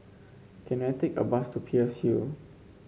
can I take a bus to Peirce Hill